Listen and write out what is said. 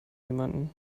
jemanden